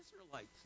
Israelites